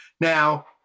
Now